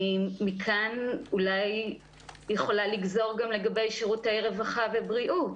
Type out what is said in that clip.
מכאן אולי אני יכולה לגזור גם לגבי שירותי רווחה ובריאות.